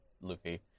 Luffy